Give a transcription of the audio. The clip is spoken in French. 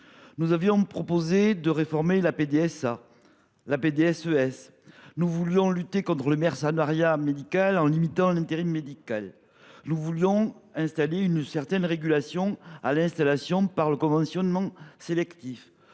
des soins en établissements de santé. Nous voulions lutter contre le mercenariat médical en limitant l’intérim médical. Nous voulions instaurer une certaine régulation à l’installation par le conventionnement sélectif.